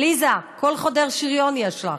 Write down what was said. עליזה, קול חודר שריון יש לך.